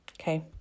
Okay